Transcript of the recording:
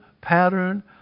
pattern